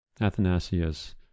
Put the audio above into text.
athanasius